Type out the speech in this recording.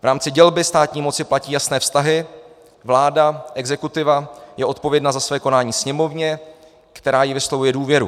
V rámci dělby státní moci platí jasné vztahy, vláda exekutiva je odpovědná za své konání Sněmovně, která jí vyslovuje důvěru.